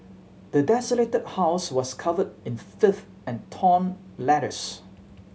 the desolated house was covered in filth and torn letters